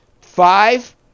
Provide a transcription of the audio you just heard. Five